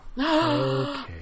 Okay